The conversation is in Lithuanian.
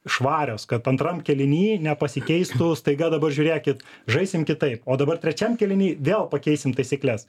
švarios kad antram kėliny nepasikeistų staiga dabar žiūrėkit žaisim kitaip o dabar trečiam kėliny vėl pakeisim taisykles